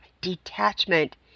detachment